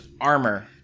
armor